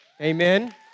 Amen